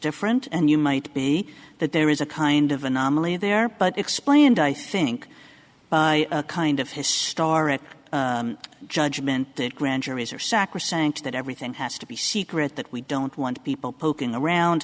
different and you might be that there is a kind of anomaly there but explained i think by kind of his star at judgment that grand juries are sacrosanct that everything has to be secret that we don't want people poking around